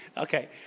Okay